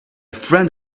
friend